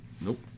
Nope